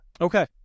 okay